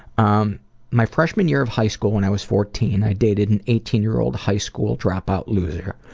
um my freshman year of high school when i was fourteen, i dated an eighteen year old high school dropout loser.